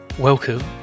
Welcome